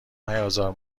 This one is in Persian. میازار